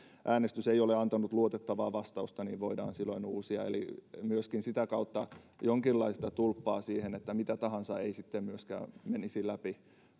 äänestys ei ole antanut luotettavaa vastausta niin se voidaan silloin uusia eli myöskin sitä kautta on jonkinlaista tulppaa siihen että mitä tahansa ei sitten myöskään menisi läpi